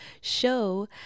show